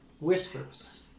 whispers